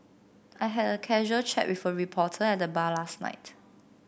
I had a casual chat with a reporter at the bar last night